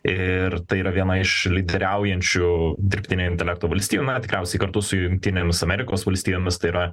ir tai yra viena iš lyderiaujančių dirbtinio intelekto valstijų na tikriausiai kartu su jungtinėmis amerikos valstijomis tai yra